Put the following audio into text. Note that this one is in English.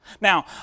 Now